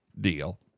deal